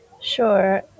Sure